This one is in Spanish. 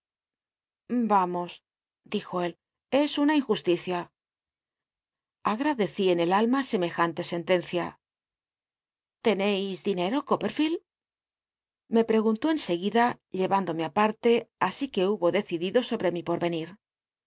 amos dijo él es una inju liria agralled en el tima semejante senlencia tcncis dinero coppcrlield me wegunt ó en cguida llcnindome apa rte así qu e hubo decidido sobre mi pmrcnir